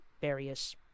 various